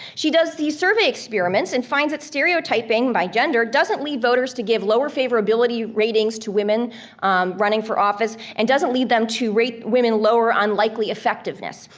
she does these survey experiments and finds that stereotyping by gender doesn't lead voters to give lower favorability ratings to women running for office and doesn't lead them to rate women lower on likely effectiveness.